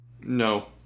No